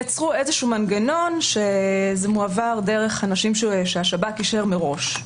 הם יצרו איזשהו מנגנון שזה מועבר דרך אנשים שהשב"כ אישר מראש,